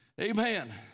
Amen